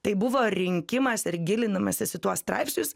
tai buvo rinkimas ir gilindamasis į tuos straipsnius